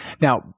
Now